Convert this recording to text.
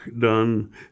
done